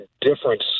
difference